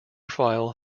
file